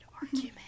argument